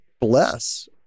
bless